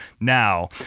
now